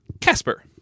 Casper